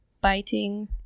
biting